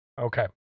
Okay